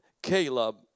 Caleb